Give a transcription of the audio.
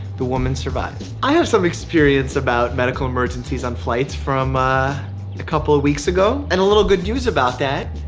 the woman survived. i have some experience about medical emergencies on flights from. ah a couple of weeks ago. and a little good news about that,